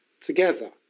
together